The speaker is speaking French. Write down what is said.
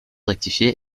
rectifié